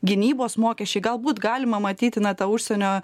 gynybos mokesčiai galbūt galima matyti na tą užsienio